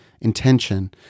intention